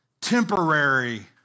temporary